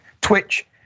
Twitch